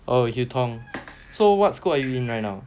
oh hue tong so what school are you in right now